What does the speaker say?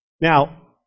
Now